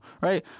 right